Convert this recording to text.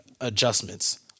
adjustments